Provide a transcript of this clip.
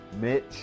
Mitch